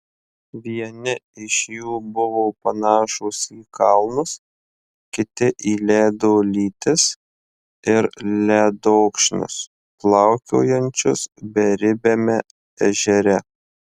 vieni iš jų buvo panašūs į kalnus kiti į ledo lytis ir ledokšnius plaukiojančius beribiame ežere